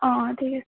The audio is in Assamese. অঁ অঁ ঠিক আছে